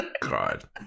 god